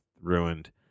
ruined